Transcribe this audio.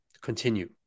continue